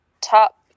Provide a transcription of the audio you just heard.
top